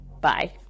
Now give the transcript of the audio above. Bye